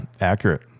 accurate